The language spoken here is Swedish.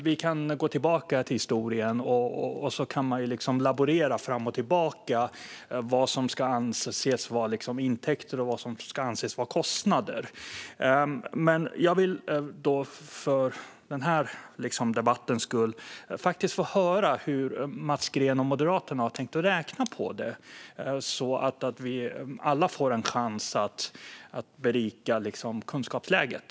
Vi kan gå tillbaka i historien och laborera fram och tillbaka med vad som ska anses vara intäkter och vad som ska anses vara kostnader. Jag vill för den här debattens skull få höra hur Mats Green och Moderaterna har tänkt räkna på detta, så att alla får en chans att berika kunskapsläget.